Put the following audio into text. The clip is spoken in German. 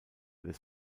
des